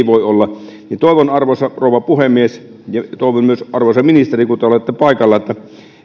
voi olla toivon arvoisa rouva puhemies ja toivon myös arvoisa ministeri kun te olette paikalla että